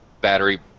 battery